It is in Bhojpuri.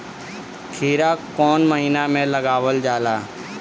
खीरा कौन महीना में लगावल जाला?